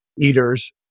eaters